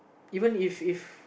even if if